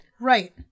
right